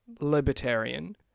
libertarian